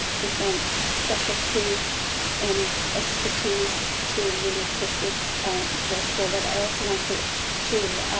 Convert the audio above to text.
different specialties and expertise to really push this work forward. i also want to to